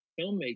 filmmaking